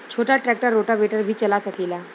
छोटा tractor rotavator भी चला सकेला?